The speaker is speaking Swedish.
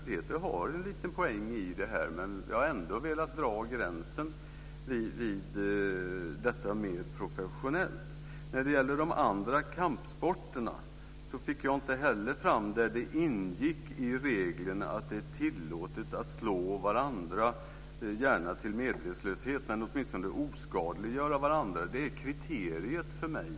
Peter har en liten poäng här, men jag har ändå velat dra gränsen vid detta mer professionella. När det gäller de andra kampsporterna fick jag inte fram var det ingick i reglerna att det är tillåtet att slå varandra, gärna till medvetslöshet, eller åtminstone oskadliggöra varandra. Det är kriteriet för mig.